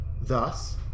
Thus